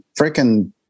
freaking